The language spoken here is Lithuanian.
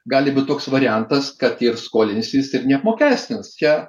gali būt toks variantas kad ir skolinsis ir neapmokestins čia